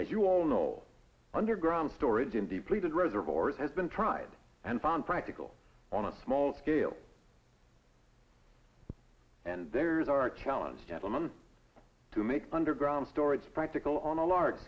as you all know underground storage in depleted reservoirs has been tried and found practical on a small scale and there is our challenge gentlemen to make underground storage practical on a large